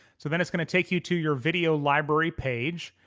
so then it's gonna take you to your video library page.